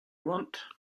want